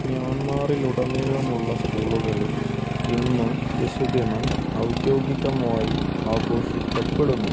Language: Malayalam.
മ്യാൻമാറിൽ ഉടനീളമുള്ള സ്കൂളുകളിൽ ഇന്ന് ശിശുദിനം ഔദ്യോഗികമായി ആഘോഷിക്കപ്പെടുന്നു